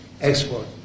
export